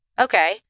Okay